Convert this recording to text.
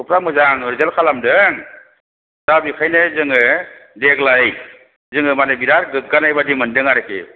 गथ'फ्रा मोजां रिजाल्ट खालामदों दा बेखायनो जोङो देग्लाय जोङो माने बिराद गोग्गानाय बायदि मोनदों आरोखि